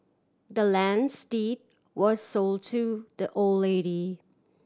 the land's deed was sold to the old lady